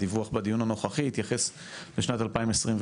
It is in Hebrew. הדיווח בדיון הנוכחי יתייחס לשנת 2021,